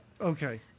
Okay